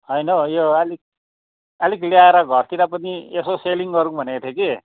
होइन यो अलिक अलिक ल्याएर घरतिर पनि यसो सेलिङ गरौँ भनेको थिएँ कि